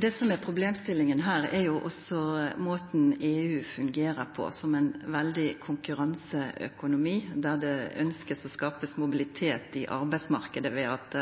Det som er problemstillinga her, er jo også måten EU fungerer på, som ein veldig konkurranseøkonomi, der det blir ønskt skapt mobilitet i arbeidsmarknaden ved at